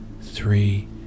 three